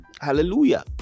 Hallelujah